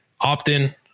opt-in